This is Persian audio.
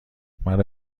مرا